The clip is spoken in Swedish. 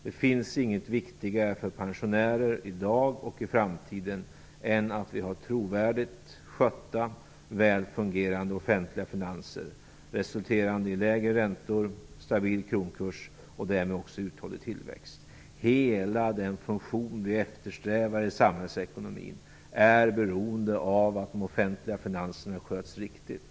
Det finns inget viktigare för pensionärer i dag och i framtiden än att vi har trovärdigt skötta och välfungerande offentliga finanser, resulterande i lägre räntor, stabil kronkurs och därmed också uthållig tillväxt. Hela den funktion som vi eftersträvar i samhällsekonomin är beroende av att de offentliga finanserna sköts riktigt.